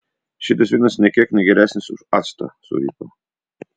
šitas vynas nė kiek ne geresnis už actą suriko